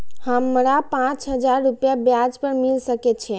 हमरा पाँच हजार रुपया ब्याज पर मिल सके छे?